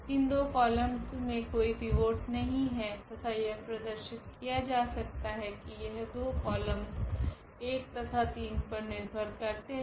इन दो कॉलमस मे कोई पिवोट्स नहीं है तथा यह प्रदर्शित किया जा सकता है की यह दो कॉलम कॉलमस 1 तथा 3 पर निर्भर करते है